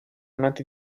nati